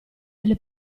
delle